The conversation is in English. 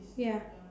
ya